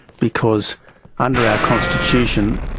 because under our constitution,